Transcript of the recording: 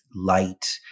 light